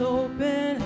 open